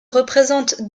représentent